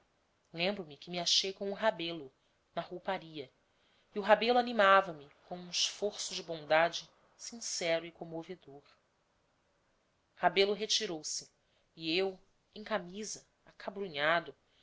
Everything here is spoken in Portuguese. lembro-me que me achei com o rebelo na rouparia e o rebelo animava me com um esforço de bondade sincero e comovedor rebelo retirou-se e eu em camisa acabrunhado amargando o